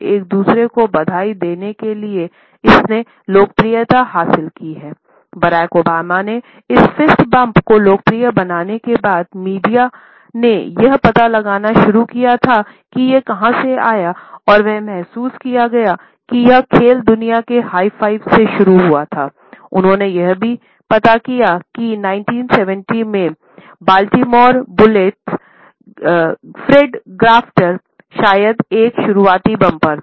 तो आप पाएंगे कि फिस्ट बम्प शायद एक शुरुआती बम्पर था